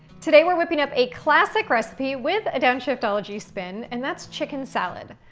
today, we're whipping up a classic recipe with a downshiftology spin, and that's chicken salad.